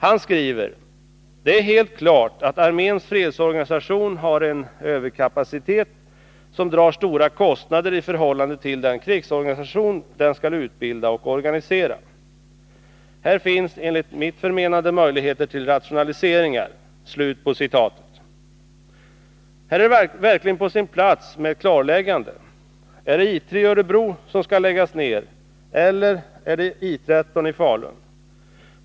Han skriver: ”Det är helt klart att arméns fredsorganisation har en överkapacitet som drar stora kostnader i förhållande till den krigsorganisation den skall utbilda och organisera. Här finns enligt mitt förmenande möjligheter till rationaliseringar.” Här är det verkligen på sin plats med ett klarläggande. Är det I 3 i Örebro som skall läggas ner, eller är det I 13 i Falun?